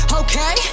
okay